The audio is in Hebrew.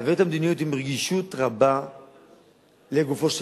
להעביר את המדיניות עם רגישות רבה לגופו של